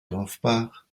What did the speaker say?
dorfbach